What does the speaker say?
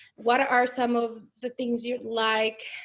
what are some of the things you'd like